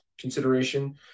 consideration